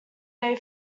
they